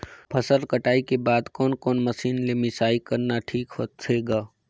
फसल कटाई के बाद कोने कोने मशीन ले मिसाई करना ठीक होथे ग?